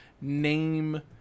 name